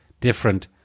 different